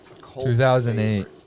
2008